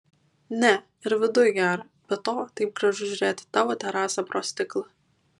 ne ir viduj gera be to taip gražu žiūrėti į tavo terasą pro stiklą